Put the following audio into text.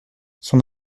son